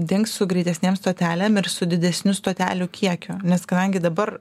dings su greitesnėm stotelėm ir su didesniu stotelių kiekiu nes kadangi dabar